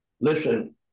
listen